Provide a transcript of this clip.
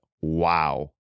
wow